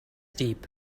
deep